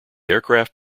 aircraft